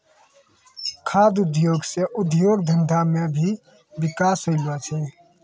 खाद्य उद्योग से उद्योग धंधा मे भी बिकास होलो छै